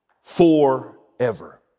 Forever